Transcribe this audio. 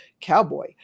cowboy